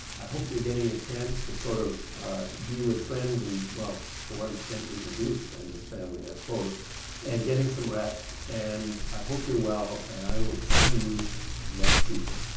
i hope you're getting a chance to sort of ah be with friends and well to what extent we can be with friends and family i suppose and getting some rest and i hope you're well and i will see you next tuesday.